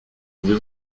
pouvez